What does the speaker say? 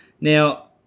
Now